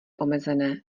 omezené